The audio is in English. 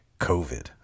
covid